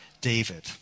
David